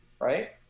Right